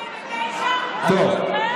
2009, אתה זוכר?